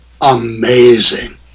amazing